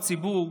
הציבור,